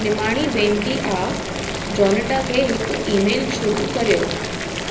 निमाणी बेनती आहे जोनिटा खे हिकु ईमेल शुरु करियो